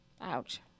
Ouch